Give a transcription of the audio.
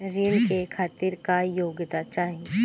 ऋण के खातिर क्या योग्यता चाहीं?